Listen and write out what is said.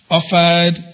Offered